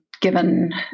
Given